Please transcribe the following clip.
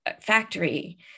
factory